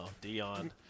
Dion